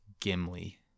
Gimli